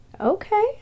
Okay